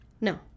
No